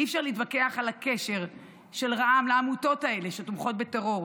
אי-אפשר להתווכח על הקשר של רע"מ לעמותות האלה שתומכות בטרור,